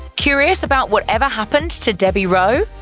curious about whatever happened to debbie rowe?